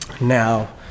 now